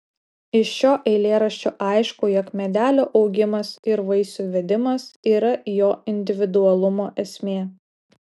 iš šio eilėraščio aišku jog medelio augimas ir vaisių vedimas yra jo individualumo esmė